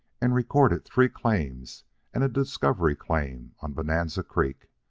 and recorded three claims and a discovery claim on bonanza creek.